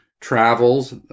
travels